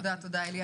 תודה, אלי.